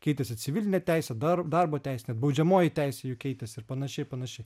keitėsi civilinė teisė dar darbo teisė net baudžiamoji teisė juk keitėsi ir panašiai ir panašiai